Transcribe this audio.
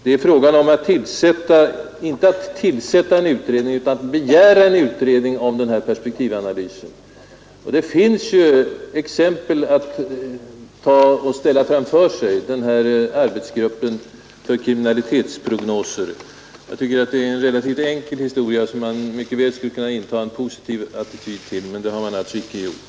Det är inte fråga om att tillsätta en utredning utan om att begära en utredning om en sådan här perspektivanalys. Det finns exempel att ställa framför sig — jag tänker igen på arbetsgruppen för kriminalitetsprognoser. Det här kunde vara en relativt enkel historia, till vilken man alltså borde kunna inta en positiv ställning. Det har man dock icke gjort.